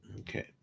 Okay